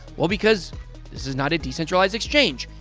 well, because this is not a decentralized exchange.